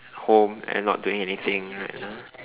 home and not doing anything right now